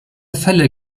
fälle